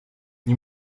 nie